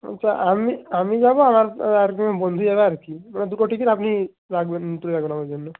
ওযা আমি আমি যাব আমার আরেকজন বন্ধু যাবে আর কি ওটা দুটো টিকিট আপনি রাখবেন তুলে রাখবেন আমার জন্য